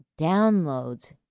downloads